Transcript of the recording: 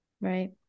Right